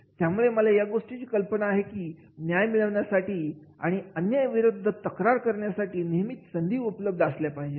त्यामुळे मला या गोष्टीची कल्पना आहे की न्याय मिळवण्यासाठी आणि अन्याया विरुद्ध तक्रार करण्यासाठी नेहमीच संधी उपलब्ध असल्या पाहिजेत